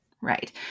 Right